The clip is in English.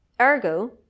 Ergo